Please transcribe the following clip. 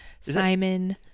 Simon